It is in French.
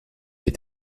est